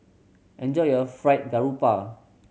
enjoy your Fried Garoupa